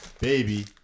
baby